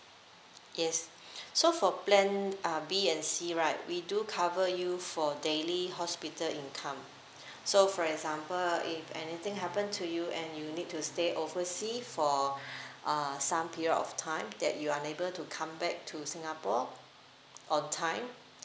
yes so for plan uh B and C right we do cover you for daily hospital income so for example if anything happen to you and you need to stay oversea for uh some period of time that you unable to come back to singapore on time